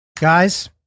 Guys